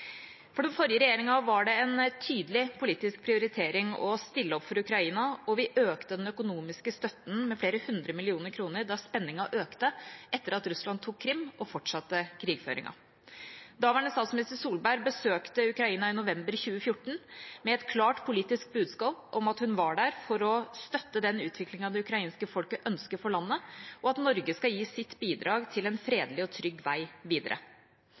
For den forrige regjeringa var det en tydelig politisk prioritering å stille opp for Ukraina, og vi økte den økonomiske støtten med flere hundre millioner kroner da spenningen økte etter at Russland tok Krim og fortsatte krigføringen. Daværende statsminister Solberg besøkte Ukraina i november 2014 med et klart politisk budskap om at hun var der for å støtte den utviklingen det ukrainske folket ønsket for landet, og at Norge skulle gi sitt bidrag til en fredelig og trygg vei videre.